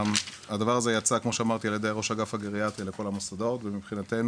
הדבר הזה יצא על ידי ראש אגף גריאטריה לכל המוסדות ומבחינתנו